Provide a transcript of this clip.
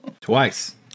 Twice